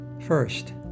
First